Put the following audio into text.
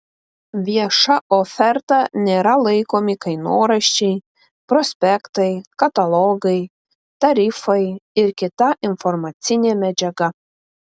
vieša oferta nėra laikomi kainoraščiai prospektai katalogai tarifai ir kita informacinė medžiaga